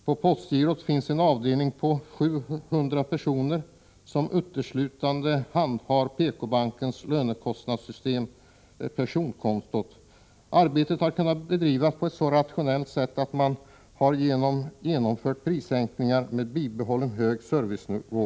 På postgirot finns en avdelning på 700 personer som uteslutande handhar PK-bankens lönekontosystem och personkonton. Arbetet har kunnat bedrivas på ett så rationellt sätt att man har genomfört prissänkningar med bibehållen hög servicenivå.